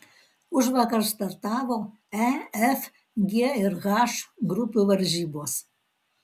užvakar startavo e f g ir h grupių varžybos